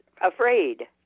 afraid